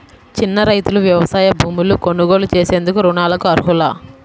చిన్న రైతులు వ్యవసాయ భూములు కొనుగోలు చేసేందుకు రుణాలకు అర్హులా?